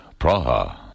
Praha